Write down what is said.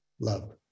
love